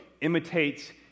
imitates